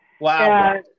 Wow